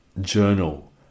journal